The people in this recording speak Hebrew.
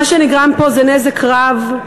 מה שנגרם פה זה נזק רב,